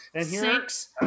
six